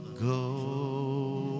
Go